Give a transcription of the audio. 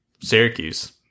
Syracuse